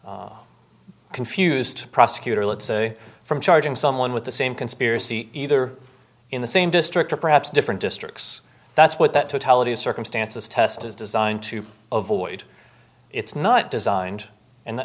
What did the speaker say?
confused prosecutor let's say from charging someone with the same conspiracy either in the same district or perhaps different districts that's what that totality of circumstances test is designed to avoid it's not designed